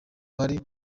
bari